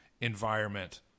environment